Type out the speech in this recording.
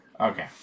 Okay